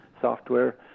software